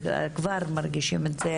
וכבר מרגישים את זה,